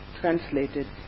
translated